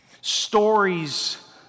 Stories